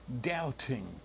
doubting